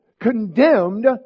condemned